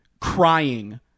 crying